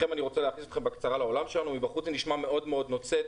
מבחוץ זה נשמע נוצץ,